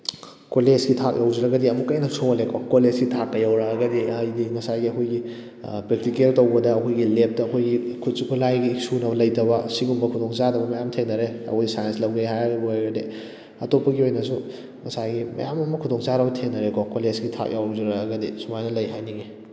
ꯀꯣꯂꯦꯖꯀꯤ ꯊꯥꯛ ꯌꯧꯁꯤꯜꯂꯛꯑꯒꯗꯤ ꯑꯃꯨꯛꯀ ꯍꯦꯟꯅ ꯁꯣꯜꯂꯦꯀꯣ ꯀꯣꯂꯦꯖꯀꯤ ꯊꯥꯛꯀ ꯌꯧꯔꯛꯑꯒꯗꯤ ꯍꯥꯏꯗꯤ ꯉꯁꯥꯏꯒꯤ ꯑꯩꯈꯣꯏꯒꯤ ꯄ꯭ꯔꯦꯛꯇꯤꯀꯦꯜ ꯇꯧꯕꯗ ꯑꯩꯈꯣꯏꯒꯤ ꯂꯦꯞꯇ ꯑꯩꯈꯣꯏꯒꯤ ꯈꯨꯠꯁꯨ ꯈꯨꯂꯥꯏꯒꯤ ꯁꯨꯅꯕ ꯂꯩꯇꯕ ꯑꯁꯤꯒꯨꯝꯕ ꯈꯨꯗꯣꯡꯆꯥꯗꯕ ꯃꯌꯥꯝ ꯊꯦꯡꯅꯔꯦ ꯑꯩꯈꯣꯏ ꯁꯥꯏꯟꯁ ꯂꯧꯒꯦ ꯍꯥꯏꯕ ꯑꯣꯏꯔꯗꯤ ꯑꯇꯣꯞꯄꯒꯤ ꯑꯣꯏꯅꯁꯨ ꯉꯁꯥꯏꯒꯤ ꯃꯌꯥꯝ ꯑꯃ ꯈꯨꯗꯣꯡ ꯆꯥꯗꯕ ꯊꯦꯡꯅꯔꯦꯀꯣ ꯀꯣꯂꯦꯖꯀꯤ ꯊꯥꯛ ꯌꯧꯁꯤꯜꯂꯛꯑꯒꯗꯤ ꯁꯨꯃꯥꯏꯅ ꯂꯩ ꯍꯥꯏꯅꯤꯡꯉꯤ